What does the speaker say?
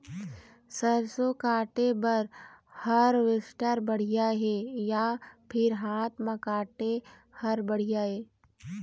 सरसों काटे बर हारवेस्टर बढ़िया हे या फिर हाथ म काटे हर बढ़िया ये?